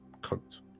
coat